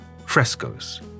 Frescoes